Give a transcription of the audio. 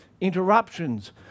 Interruptions